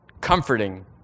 comforting